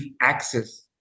access